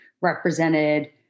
represented